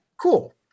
Cool